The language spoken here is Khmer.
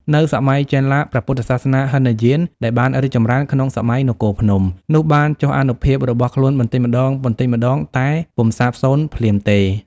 នៅសម័យចេនឡា ព្រះពុទ្ធសាសនាហិនយានដែលបានរីកចម្រើនក្នុងសម័យនគរភ្នំ នោះបានចុះអានុភាពរបស់ខ្លួនបន្តិចម្តងៗតែពុំសាបសូន្យភ្លាមទេ។